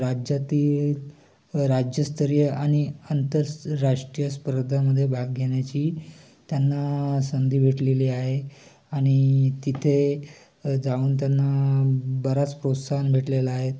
राज्यातील राज्यस्तरीय आणि अंतर्सराष्ट्रीय स्पर्धांमध्ये भाग घेण्याची त्यांना संधी भेटलेली आहे आणि तिथे जाऊन त्यांना बरेच प्रोत्साहन भेटलेला आहे